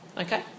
Okay